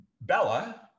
Bella